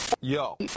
Yo